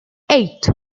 eight